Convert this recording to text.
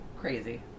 crazy